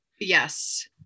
Yes